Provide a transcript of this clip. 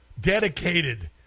dedicated